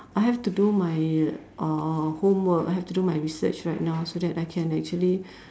I have to my uh homework I have to do my research right now so that I can actually